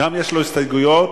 יש לו גם הסתייגויות,